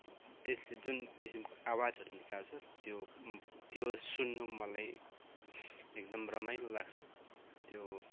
त्यसले जुन किसिमको आवाजहरू निकाल्छ त्यो त्यो सुन्नु मलाई एकदम रमाइलो लाग्छ त्यो